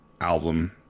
album